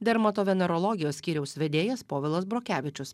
dermatovenerologijos skyriaus vedėjas povilas brokevičius